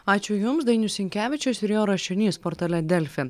ačiū jums dainius sinkevičius ir jo rašinys portale delfi